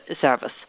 service